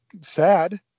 sad